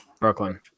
Brooklyn